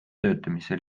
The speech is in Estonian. töötamise